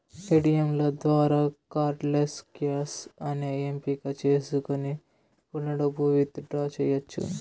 ఏటీయంల ద్వారా cardless cash అనే ఎంపిక చేసుకొని కూడా డబ్బు విత్ డ్రా చెయ్యచ్చు